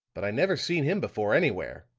but i never seen him before, anywhere.